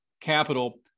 Capital